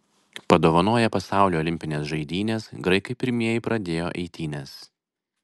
padovanoję pasauliui olimpines žaidynes graikai pirmieji pradėjo eitynes